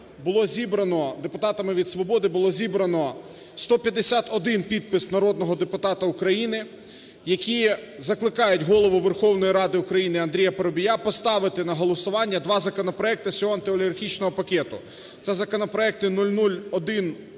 було зібрано 151 підпис народного депутата України, які закликають Голову Верховної Ради України Андрія Парубія поставити на голосування два законопроекти з цього антиолігархічного пакету. Це законопроекти 0001-1